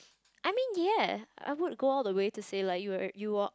I mean yeah I would go all the say to say like you are~ you are~